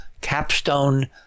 Capstone